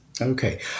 Okay